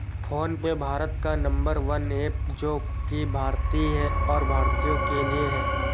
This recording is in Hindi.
फोन पे भारत का नंबर वन ऐप है जो की भारतीय है और भारतीयों के लिए है